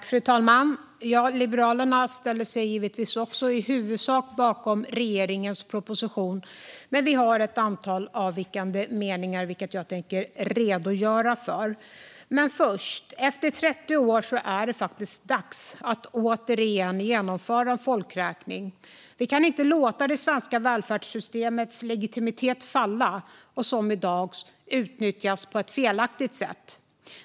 Fru talman! Liberalerna ställer sig givetvis också i huvudsak bakom regeringens proposition, men vi har ett antal avvikande meningar. Jag tänker redogöra för dem. Efter 30 år är det faktiskt dags att återigen genomföra en folkräkning. Vi kan inte låta det svenska välfärdssystemets legitimitet falla och, som i dag, utnyttjas på ett felaktigt sätt.